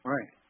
Right